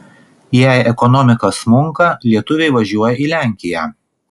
jei ekonomika smunka lietuviai važiuoja į lenkiją